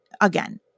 Again